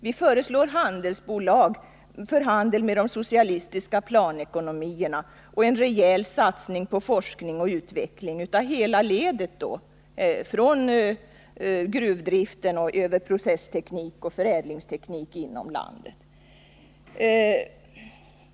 Vi föreslår handelsbolag för handel med de socialistiska planekonomierna och en rejäl satsning på forskning och utveckling av hela ledet, från gruvdriften över processtekniken till förädlingstekniken inom landet.